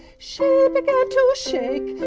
she began to shake,